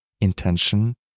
intention